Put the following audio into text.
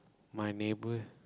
my neighbour